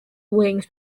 wings